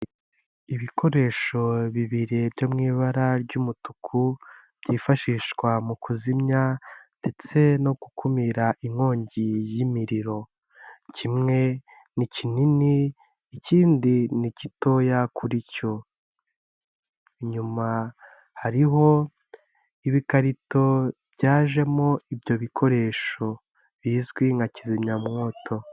Ibikoresho bibiri byo mu ibara ry'umutuku byifashishwa mu kuzimya ndetse no gukumira inkongi y'imiriro kimwe ni kinini ikindi ni gitoya kuri cyo, Inyuma hariho ibikarito byajemo ibyo bikoresho bizwi nka kizimyamwoto.